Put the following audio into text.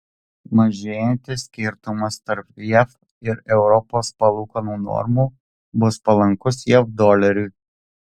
mažėjantis skirtumas tarp jav ir europos palūkanų normų bus palankus jav doleriui